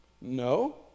No